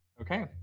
Okay